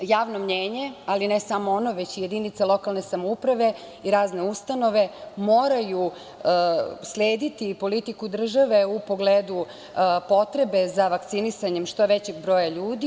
Javno mnjenje, ali ne samo ono već i jedinice lokalne samouprave i razne ustanove, moraju slediti politiku države u pogledu potrebe za vakcinisanjem što većeg broja ljudi.